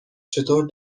چطور